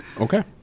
Okay